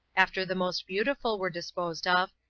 after the most beautiful were disposed of,